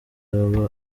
baba